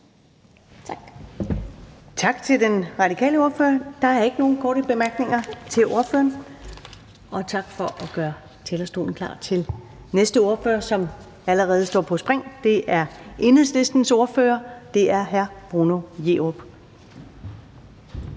Tak til den radikale ordfører. Der er ikke nogen korte bemærkninger til ordføreren. Tak for at gøre talerstolen klar til næste ordfører, som allerede står på spring, og det er Enhedslistens ordfører, hr. Bruno Jerup.